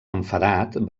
enfadat